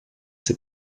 ses